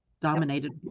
dominated